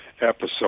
episode